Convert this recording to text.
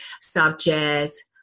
subjects